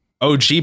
OG